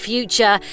Future